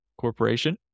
Corporation